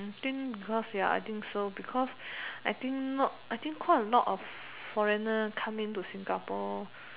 I think because ya I think so because I think not I think quite a lot of foreigners come into Singapore